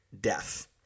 death